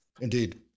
Indeed